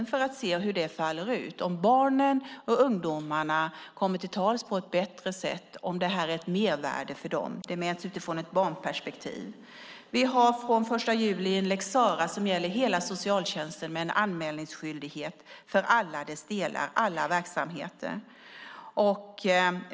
Vi får se hur detta faller ut, om barnen och ungdomarna kommer till tals på ett bättre sätt och om detta är ett mervärde för dem. Det mäts utifrån ett barnperspektiv. Vi har från den 1 juli en lex Sarah som gäller hela socialtjänsten med en anmälningsskyldighet för alla delar och verksamheter.